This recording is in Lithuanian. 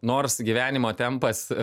nors gyvenimo tempas